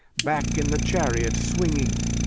back in the chariot swinging.